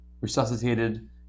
resuscitated